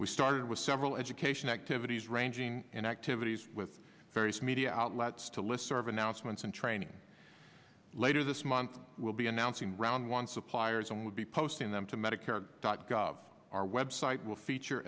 we started with several education activities ranging in activities with various media outlets to listserv announcements and training later this month will be announcing round one suppliers and will be posting them to medicare dot gov our website will feature